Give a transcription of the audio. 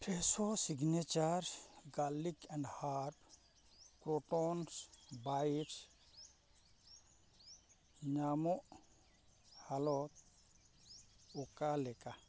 Fresho signature garlic and herb croutons bites ᱧᱟᱢᱚᱜ ᱦᱟᱞᱚᱛ ᱚᱠᱟᱞᱮᱠᱟ